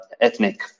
ethnic